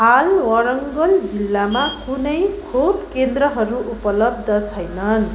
हाल वरङ्गल जिल्लामा कुनै खोप केन्द्रहरू उपलब्ध छैनन्